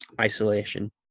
isolation